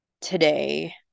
today